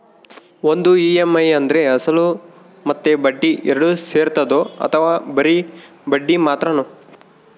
ಒಂದು ಇ.ಎಮ್.ಐ ಅಂದ್ರೆ ಅಸಲು ಮತ್ತೆ ಬಡ್ಡಿ ಎರಡು ಸೇರಿರ್ತದೋ ಅಥವಾ ಬರಿ ಬಡ್ಡಿ ಮಾತ್ರನೋ?